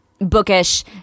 bookish